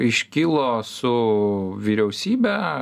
iškilo su vyriausybe